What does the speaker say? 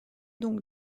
donc